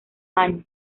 años